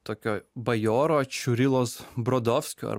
tokio bajoro čiurilos brodovskio ar